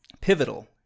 Pivotal